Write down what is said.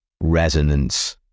resonance